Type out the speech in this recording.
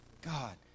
God